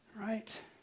right